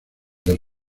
del